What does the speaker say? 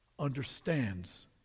understands